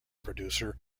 producer